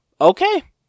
okay